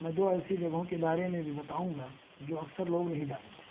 میں دو ایسی جگہوں کے بارے میں بھی بتاؤں گا جو اکثر لوگ نہیں جانتے